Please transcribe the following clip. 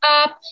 up